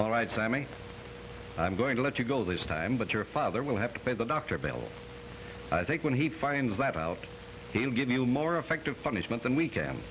all right so i mean i'm going to let you go this time but your father will have to pay the doctor bill i think when he finds that out he'll give you more effective punishment than we